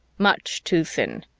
much too thin.